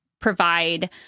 provide